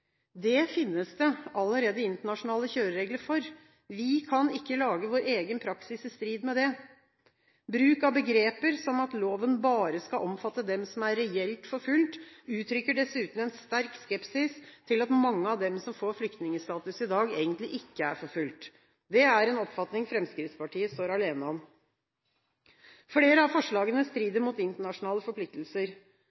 Det finnes det allerede internasjonale kjøreregler for. Vi kan ikke lage vår egen praksis i strid med det. Bruken av begreper som at loven bare skal omfatte dem som er reelt forfulgt, uttrykker dessuten en sterk skepsis til at mange av dem som får flyktningstatus i dag, egentlig ikke er forfulgt. Det er en oppfatning Fremskrittspartiet står alene om. Flere av forslagene